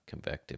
convective